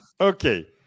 Okay